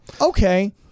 okay